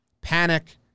Panic